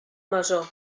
masó